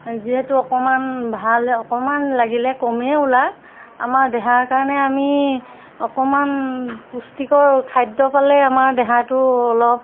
যিহেতু অকণমান ভাল অকণমান লাগিলে কমেই ওলাওক আমাৰ দেহাৰ কাৰণে আমি অকণমান পুষ্টিকৰ খাদ্য পালে আমাৰ দেহাটো অলপ